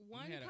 one